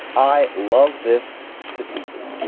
i love this to pieces